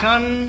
Son